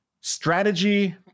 strategy